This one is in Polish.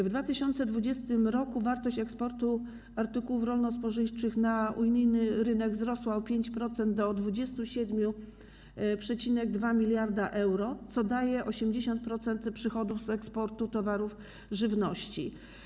W 2020 r. wartość eksportu artykułów rolno-spożywczych na unijny rynek wzrosła o 5% - do 27,2 mld euro, co daje 80% przychodów z eksportu towarów żywnościowych.